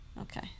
Okay